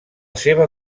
seva